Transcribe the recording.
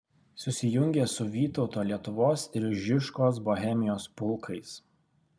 susijungė su vytauto lietuvos ir žižkos bohemijos pulkais